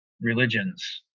religions